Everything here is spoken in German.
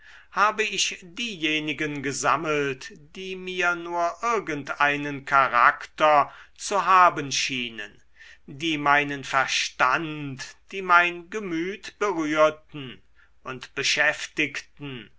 habe ich diejenigen gesammelt die mir nur irgendeinen charakter zu haben schienen die meinen verstand die mein gemüt berührten und beschäftigten